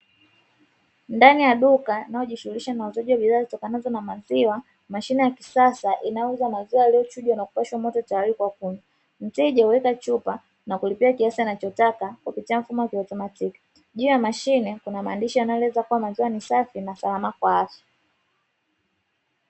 Ndani ya duka linalojishughulisha na uuzaji wa bidhaa zitokanazo na maziwa, mashine ya kisasa inayouza maziwa yaliyochujwa na kupashwa moto tayari kwa kunywa. Mteja huleta chupa na kulipia kiasi anachotaka kwa kupitia nfumo wa kiautomatiki. Juu ya mashine kuna maandishi yanayoeleza kuwa maziwa ni safi na salama kwa afya.